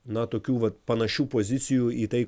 na tokių vat panašių pozicijų į tai